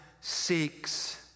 seeks